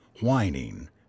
whining